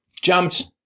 jumped